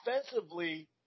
offensively